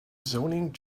zoning